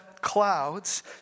clouds